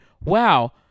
wow